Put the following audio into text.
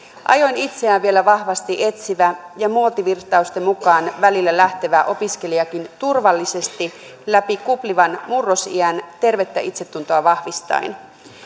ajoin itseään vielä vahvasti etsivä ja muotivirtaustenkin mukaan välillä lähtevä opiskelija turvallisesti läpi kuplivan murrosiän tervettä itsetuntoa vahvistaen